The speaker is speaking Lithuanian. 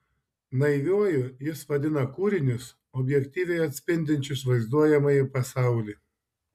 naiviuoju jis vadina kūrinius objektyviai atspindinčius vaizduojamąjį pasaulį